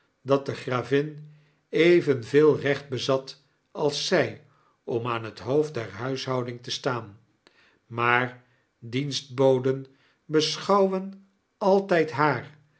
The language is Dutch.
dat de ff gravin evenveel recht bezat als zj om aan het hoofd der huishouding te staan maar dienstboden beschou wen altijd haar